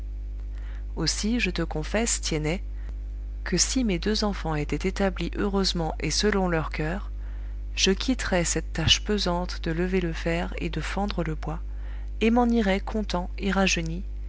aussi je te confesse tiennet que si mes deux enfants étaient établis heureusement et selon leur coeur je quitterais cette tâche pesante de lever le fer et de fendre le bois et m'en irais content et rajeuni